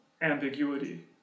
ambiguity